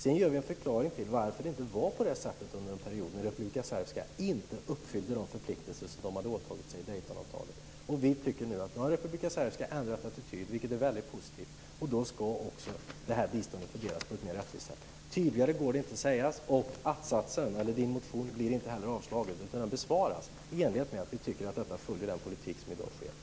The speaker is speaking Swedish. Sedan ger vi en förklaring till varför det inte var på det sättet under den period då Republika Srpska inte uppfyllde de förpliktelser som man hade åtagit sig i Daytonavtalet. Vi tycker att eftersom Republika Srpska nu har ändrat attityd, vilket är positivt, så ska också detta bistånd fördelas på ett mer rättvist sätt. Tydligare kan det inte sägas. Karin Wegeståls motion blir ju inte heller avslagen, utan den besvaras i enlighet med att vi tycker att detta följer den politik som i dag förs.